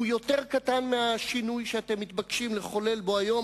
יותר קטן מהשינוי שאתם מתבקשים לחולל היום.